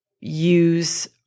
use